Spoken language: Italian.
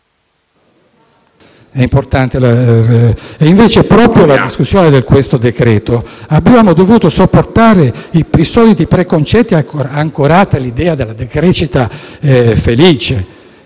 valico. E invece, proprio nella discussione di questo provvedimento, abbiamo dovuto sopportare i soliti preconcetti ancorati all’idea della decrescita felice.